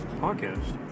podcast